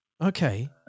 Okay